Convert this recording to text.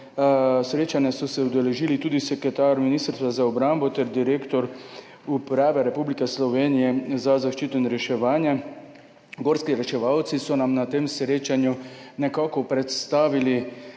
Srečanja so se udeležili tudi sekretar Ministrstva za obrambo ter direktor Uprave Republike Slovenije za zaščito in reševanje. Gorski reševalci so nam na tem srečanju predstavili